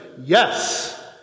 yes